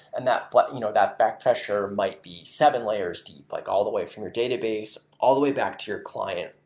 and that but you know that back pressure might be seven layers deep, like all the way from your database, all the way back to your client,